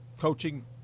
coaching